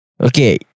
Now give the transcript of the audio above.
Okay